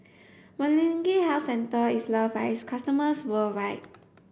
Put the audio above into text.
Molnylcke health care is loved by its customers worldwide